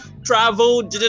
travel